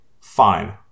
Fine